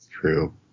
True